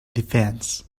defense